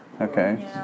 okay